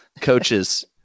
coaches